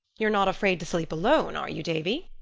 you're not afraid to sleep alone, are you, davy?